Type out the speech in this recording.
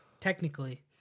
Technically